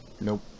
Nope